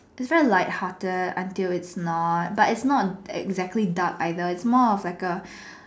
it's very light hearted until it's not but it's not exactly dark either it's more of like a